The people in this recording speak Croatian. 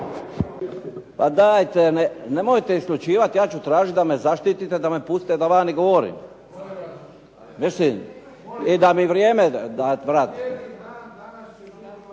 Pa dajete nemojte isključivati. Ja ću tražiti da me zaštitite da me pustite da ... govorim. I da mi vrijeme vratite.